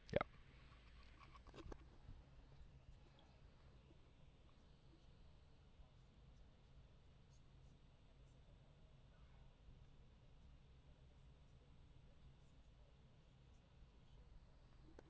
yup